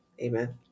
amen